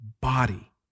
body